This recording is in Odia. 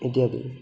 ଇତ୍ୟାଦି